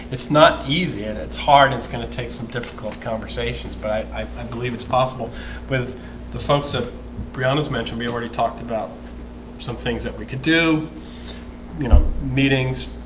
it's not easy and it's hard it's gonna take some difficult conversations, but i believe it's possible with the folks of briana's mentioned we already talked about some things that we could do you know meetings.